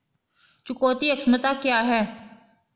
चुकौती क्षमता क्या है?